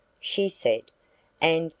she said and,